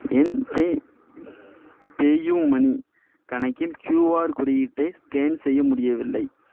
ஏன் pay PayU money கணக்கில் QR குறியீட்டை ஸ்கேன் செய்ய முடியவில்லை